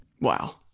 Wow